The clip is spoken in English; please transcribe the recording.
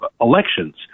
elections